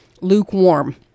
lukewarm